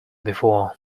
before